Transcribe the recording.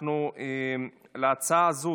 להצעת החוק